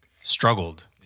struggled